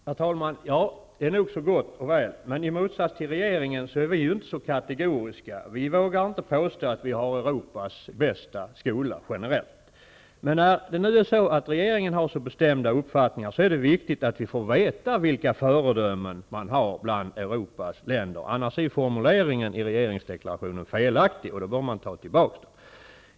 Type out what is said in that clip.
Herr talman! Det är nog gott och väl. Men i motsats till regeringen är inte vi så kategoriska. Vi vågar inte påstå att vi generellt sett har Europas bästa skola. När nu regeringen har så bestämda uppfattningar är det viktigt att vi får veta vilka föredömen den har bland Europas länder. Annars är formuleringen i regeringsdeklarationen felaktig, och då bör man ta tillbaka den formuleringen.